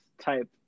type